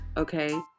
Okay